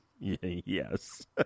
Yes